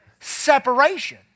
separation